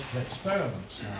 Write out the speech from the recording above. experiments